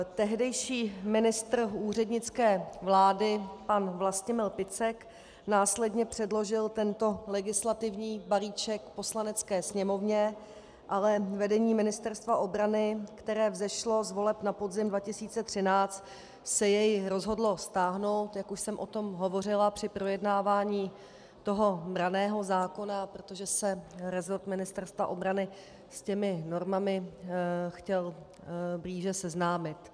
Tehdejší ministr úřednické vlády pan Vlastimil Picek následně předložil tento legislativní balíček Poslanecké sněmovně, ale vedení Ministerstva obrany, které vzešlo z voleb na podzim 2013, se jej rozhodlo stáhnout, jak už jsem o tom hovořila při projednávání branného zákona, protože se resort Ministerstva obrany s těmi normami chtěl blíže seznámit.